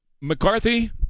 McCarthy